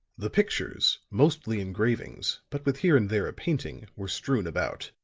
the pictures, mostly engravings, but with here and there a painting, were strewn about.